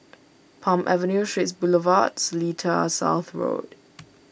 Palm Avenue Straits Boulevard Seletar South Road